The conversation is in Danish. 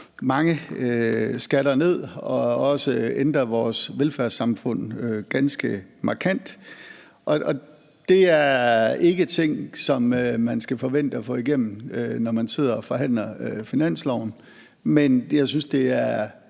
mange skatter ned og også ændre vores velfærdssamfund ganske markant, og det er ikke ting, man skal forvente at få igennem, når man sidder og forhandler finansloven.